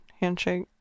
handshake